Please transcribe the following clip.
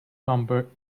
number